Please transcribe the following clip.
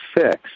fixed